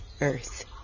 Earth